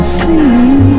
see